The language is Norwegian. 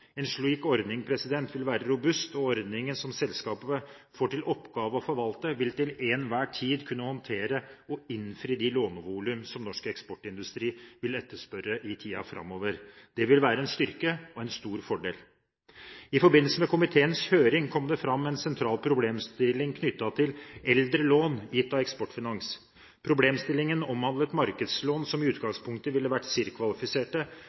En slik ordning vil være robust, og ordningen som selskapet får til oppgave å forvalte, vil til enhver tid kunne håndtere og innfri de lånevolum som norsk eksportindustri vil etterspørre i tiden framover. Det vil være en styrke og en stor fordel. I forbindelse med komiteens høring kom det fram en sentral problemstilling knyttet til eldre lån gitt av Eksportfinans. Problemstillingen omhandlet markedslån, som i utgangspunktet ville vært